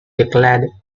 declared